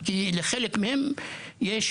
כי לחלק מהם יש